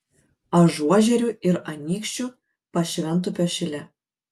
ažuožerių ir anykščių pašventupio šile